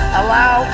allow